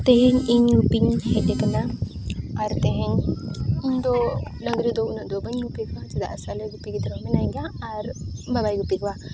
ᱛᱮᱦᱮᱧ ᱤᱧ ᱱᱚᱛᱮᱧ ᱦᱮᱡ ᱟᱠᱟᱱᱟ ᱟᱨ ᱛᱮᱦᱮᱧ ᱤᱧ ᱫᱚ ᱰᱟᱹᱝᱨᱤ ᱫᱚ ᱩᱱᱟᱹᱜ ᱫᱚ ᱵᱟᱹᱧ ᱜᱩᱯᱤ ᱠᱚᱣᱟ ᱪᱮᱫᱟᱜ ᱥᱮ ᱟᱞᱮ ᱜᱩᱯᱤ ᱜᱤᱫᱽᱨᱟᱹ ᱢᱮᱱᱟᱭ ᱜᱮᱭᱟ ᱟᱨ ᱵᱟᱵᱟᱭ ᱜᱩᱯᱤ ᱠᱚᱣᱟ